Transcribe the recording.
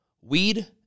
weed